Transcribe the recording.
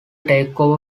takeover